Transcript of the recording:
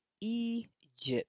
Egypt